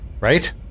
right